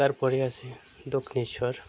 তারপরে আছে দক্ষিণেশ্বর